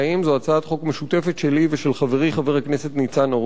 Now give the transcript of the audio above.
זאת הצעת חוק משותפת שלי ושל חברי חבר הכנסת ניצן הורוביץ.